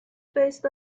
faced